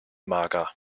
mager